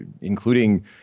including